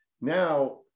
Now